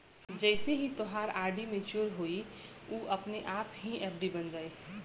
जइसे ही तोहार आर.डी मच्योर होइ उ अपने आप एफ.डी बन जाइ